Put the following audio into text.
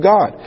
God